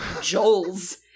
joel's